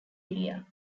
area